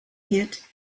hit